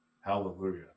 Hallelujah